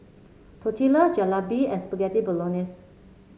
Tortillas Jalebi and Spaghetti Bolognese